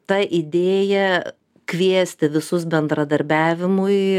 ta idėja kviesti visus bendradarbiavimui